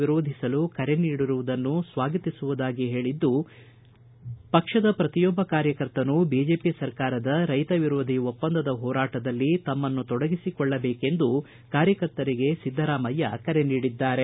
ವಿರೋಧಿಸಲು ಕರೆ ನೀಡಿರುವುದನ್ನು ಸ್ವಾಗತಿಸುವುದಾಗಿ ಹೇಳಿದ್ದು ಪಕ್ಷದ ಪ್ರತಿಯೊಬ್ಬ ಕಾರ್ಯಕರ್ತನೂ ಬಿಜೆಪಿ ಸರ್ಕಾರದ ರೈತ ವಿರೋಧಿ ಒಪ್ಪಂದದ ಹೋರಾಟದಲ್ಲಿ ತಮ್ಮನ್ನು ತೊಡಗಿಸಿಕೊಳ್ಳಬೇಕೆಂದು ಪಕ್ಷದ ಕಾರ್ಯಕರ್ತರಿಗೆ ಸಿದ್ದರಾಮಯ್ಯ ಕರೆ ನೀಡಿದ್ದಾರೆ